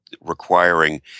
requiring –